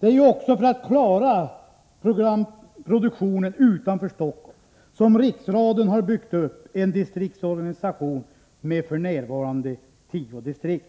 Det är också för att klara programproduktionen utanför Stockholm som Riksradion har byggt upp en distriktsorganisation med f.n. tio distrikt.